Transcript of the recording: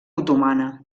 otomana